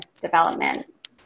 development